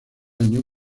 año